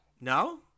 No